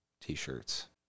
t-shirts